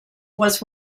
was